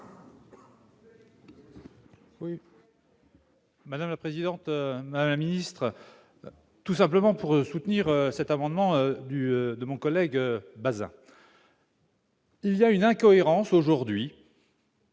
Madame la présidente, la ministre, tout simplement pour soutenir cet amendement du de mon collègue Bazin. Il y a une incohérence aujourd'hui.